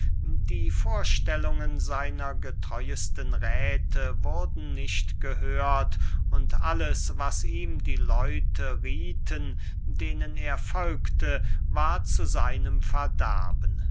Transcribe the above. die vorstellungen seiner getreuesten räthe wurden nicht gehört und alles was ihm die leute riethen denen er folgte war zu seinem verderben